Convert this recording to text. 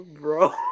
Bro